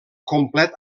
complet